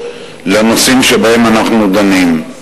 לנושאים שבהם אנחנו דנים.